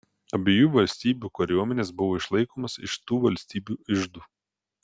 abiejų valstybių kariuomenės buvo išlaikomos iš tų valstybių iždų